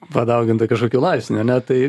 padauginta kažkokiu laipsniu ane tai